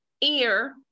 ear